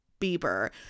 Bieber